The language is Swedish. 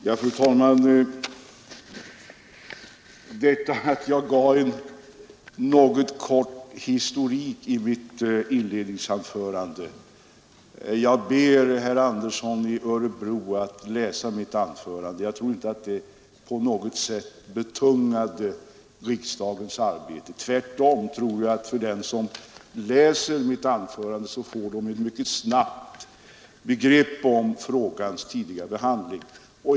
Fru talman! Vad beträffar att jag gav en kort historik så ber jag herr Andersson i Örebro att läsa mitt inledningsanförande. Jag tror inte att det på något sätt betungade riksdagens arbete — tvärtom tror jag att den som läser anförandet snabbt får ett begrepp om frågans tidigare behandling.